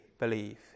Believe